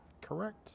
Correct